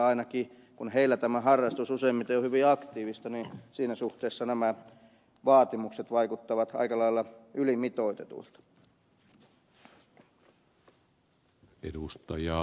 ainakin kun heillä tämä harrastus useimmiten on hyvin aktiivista siinä suhteessa nämä vaatimukset vaikuttavat aika lailla ylimitoitetuilta